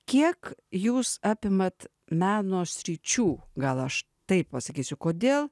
kiek jūs apimat meno sričių gal aš taip pasakysiu kodėl